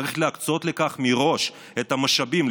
צריך להקצות לכך מראש את המשאבים,